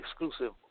exclusive